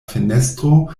fenestro